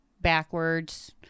backwards